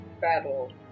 battle